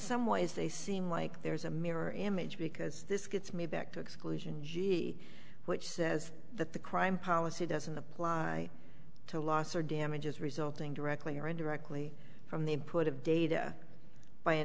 some ways they seem like there's a mirror image because this gets me back to exclusion which says that the crime policy doesn't apply to loss or damages resulting directly or indirectly from the input of data by a